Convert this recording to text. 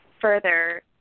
further